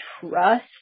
trust